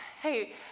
hey